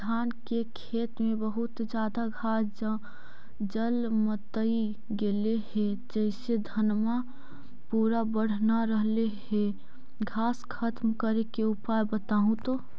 धान के खेत में बहुत ज्यादा घास जलमतइ गेले हे जेसे धनबा पुरा बढ़ न रहले हे घास खत्म करें के उपाय बताहु तो?